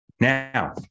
Now